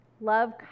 love